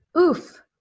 oof